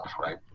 right